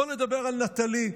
בואו נדבר על נטלי,